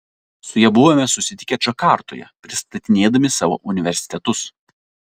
su ja buvome susitikę džakartoje pristatinėdami savo universitetus